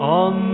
on